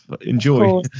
enjoy